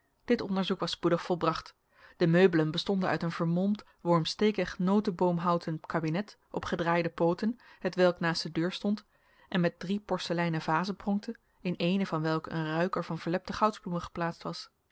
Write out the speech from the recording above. dit onderzoek was spoedig volbracht de meubelen bestonden uit een vermolmd wormstekig noteboomhouten kabinet op gedraaide pooten hetwelk naast de deur stond en met drie porseleinen vazen pronkte in eene van welke een ruiker van verlepte goudsbloemen geplaatst was